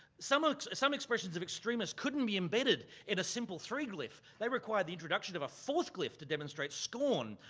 some ah some expressions of extremes couldn't be embedded in a simple three glyph. they required the introduction of a fourth glyph to demonstrate scorn,